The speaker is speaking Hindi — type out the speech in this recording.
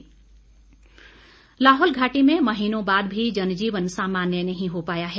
लाहौल स्पीति लाहौल घाटी में महीनों बाद भी जनजीवन सामान्य नहीं हो पाया है